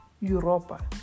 Europa